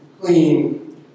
clean